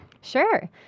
Sure